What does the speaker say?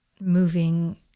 moving